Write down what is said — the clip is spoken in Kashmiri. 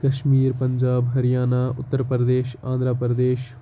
کَشمیٖر پَنجاب ہریانا اُتَر پردیش آندرا پردیش